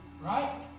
Right